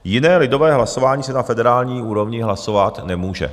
Jiné lidové hlasování se na federální úrovni hlasovat nemůže.